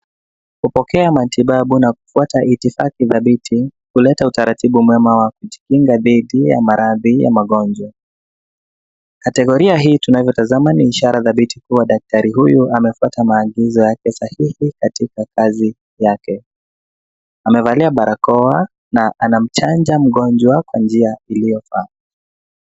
Kupokea matibabu na kufwata itifaki dhabiti, huleta utaratibu mwema wa kujikinga didhi maradhi ya magonjwa. kategoria hii tunavyotazama ni Ishara dhabiti kuwa daktari huyu amefwata maagizo yake sahihi katika kazi yake. Amevalia barakoa na anamchanja mgonjwa kwa njia iliyofaa.